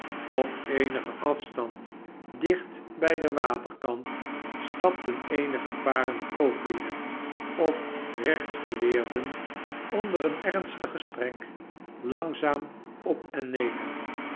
op eenigen afstand dicht bij den waterkant stapten eenige paren kooplieden of rechtsgeleerden onder een ernstig gesprek langzaam op en neder